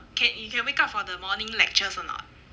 can you can wake up for the morning lectures or not